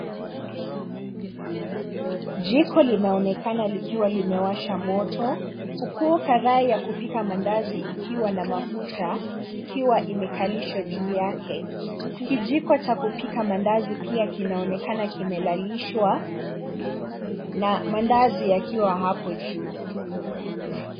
Jiko linaonekana likiwa limewasha moto, huku karai ya kupika mandazi ikiwa na mafuta ikiwa imekalishwa juu yake. Kijiko cha kupika mandazi pia kinaonekana kimelalishwa na mandazi yakiwa hapo juu.